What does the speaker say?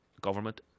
government